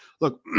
look